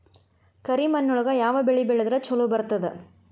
ಕರಿಮಣ್ಣೊಳಗ ಯಾವ ಬೆಳಿ ಬೆಳದ್ರ ಛಲೋ ಬರ್ತದ?